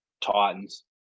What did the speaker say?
Titans